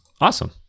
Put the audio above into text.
Awesome